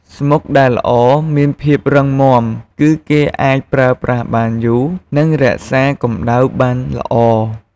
ស្មុកដែលល្អមានភាពរឹងមាំ គឺគេអាចប្រើប្រាស់បានយូរ និងរក្សាកម្ដៅបានល្អ។